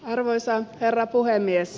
arvoisa herra puhemies